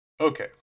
Okay